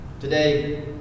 Today